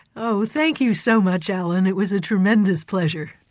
oh thank you so much, alan, it was a tremendous pleasure.